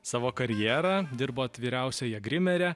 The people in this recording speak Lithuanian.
savo karjerą dirbot vyriausiąja grimere